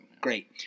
Great